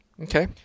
Okay